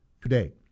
today